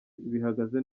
bihagaze